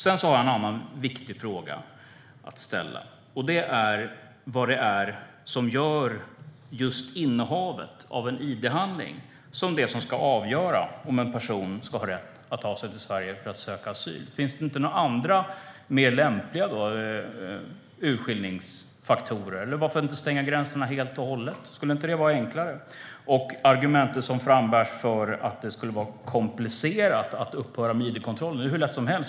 Sedan har jag en annan viktig fråga att ställa, och det är vad det är som gör att det är just innehavet av en id-handling som ska avgöra om en person ska ha rätt att ta sig till Sverige för att söka asyl. Finns det inte andra, mer lämpliga urskillningsfaktorer? Eller varför inte stänga gränserna helt och hållet? Skulle inte det vara enklare? Argumentet frambärs att det skulle vara komplicerat att upphöra med id-kontroller. Det är hur lätt som helst.